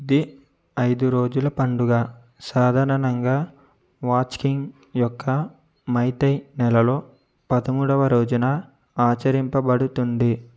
ఇది ఐదు రోజుల పండుగ సాధారణంగా వాచ్కింగ్ యొక్క మైతై నెలలో పదమూడవ రోజున ఆచరింపబడుతుంది